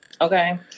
okay